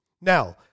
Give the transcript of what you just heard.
Now